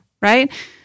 right